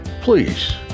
Please